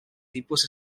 tipus